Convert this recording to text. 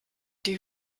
die